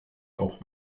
auch